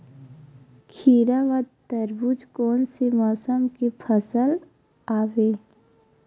खीरा व तरबुज कोन से मौसम के फसल आवेय?